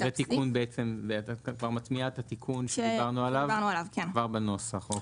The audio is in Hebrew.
את כבר מטמיעה את התיקון שדיברנו עליו כבר בנוסח.